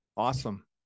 awesome